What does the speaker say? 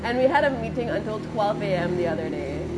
and we had a meeting until twelve A_M the other day